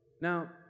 Now